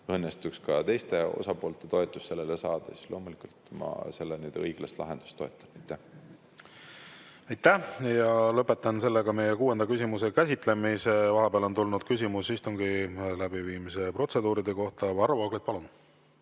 õnnestuks ka teiste osapoolte toetus saada, siis loomulikult ma selle õiglast lahendust toetan. Aitäh! Lõpetan meie kuuenda küsimuse käsitlemise. Vahepeal on tulnud küsimus istungi läbiviimise protseduuride kohta. Varro Vooglaid, palun!